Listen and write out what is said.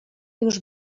już